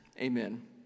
amen